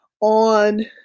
On